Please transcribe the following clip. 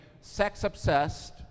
sex-obsessed